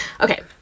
Okay